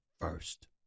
first